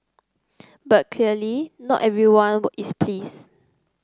but clearly not everyone is pleased